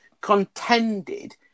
contended